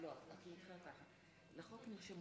לחוק נרשמו